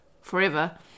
forever